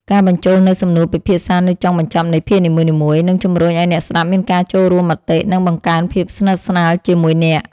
ការបញ្ចូលនូវសំណួរពិភាក្សានៅចុងបញ្ចប់នៃភាគនីមួយៗនឹងជំរុញឱ្យអ្នកស្តាប់មានការចូលរួមមតិ និងបង្កើនភាពស្និទ្ធស្នាលជាមួយអ្នក។